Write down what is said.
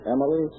Emily